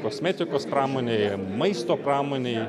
kosmetikos pramonei maisto pramonei